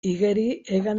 hegan